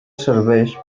serveix